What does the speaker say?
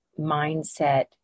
mindset